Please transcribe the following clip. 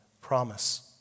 promise